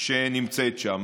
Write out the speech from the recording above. שנמצאת שם.